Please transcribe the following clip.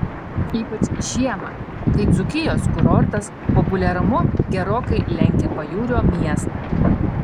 ypač žiemą kai dzūkijos kurortas populiarumu gerokai lenkia pajūrio miestą